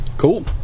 Cool